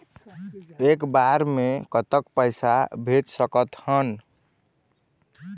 एक बार मे कतक पैसा भेज सकत हन?